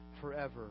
forever